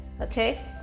Okay